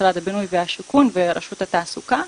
משרד הבינוי והשיכון ורשות התעסוקה.